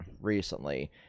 recently